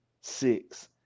six